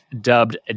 dubbed